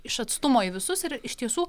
iš atstumo į visus ir iš tiesų